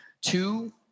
Two